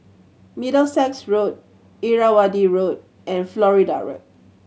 Middlesex Road Irrawaddy Road and Florida Road